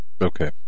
okay